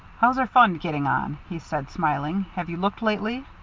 how's our fund getting on? he said, smiling. have you looked lately?